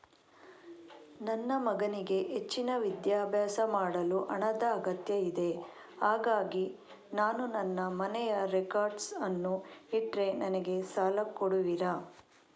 ನನ್ನ ಮಗನಿಗೆ ಹೆಚ್ಚಿನ ವಿದ್ಯಾಭ್ಯಾಸ ಮಾಡಲು ಹಣದ ಅಗತ್ಯ ಇದೆ ಹಾಗಾಗಿ ನಾನು ನನ್ನ ಮನೆಯ ರೆಕಾರ್ಡ್ಸ್ ಅನ್ನು ಇಟ್ರೆ ನನಗೆ ಸಾಲ ಕೊಡುವಿರಾ?